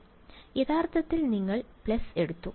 വിദ്യാർത്ഥി യഥാർത്ഥത്തിൽ നിങ്ങൾ പ്ലസ് എടുത്തു